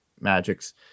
magics